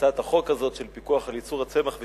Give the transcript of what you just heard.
בהצעת החוק הזאת של פיקוח על ייצור הצמח ושיווקו,